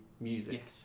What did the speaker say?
music